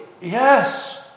Yes